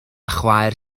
chwaer